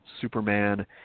Superman